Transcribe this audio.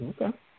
Okay